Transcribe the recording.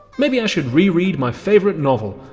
maybe i should re-read my favorite novel,